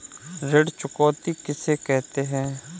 ऋण चुकौती किसे कहते हैं?